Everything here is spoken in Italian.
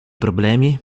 problemi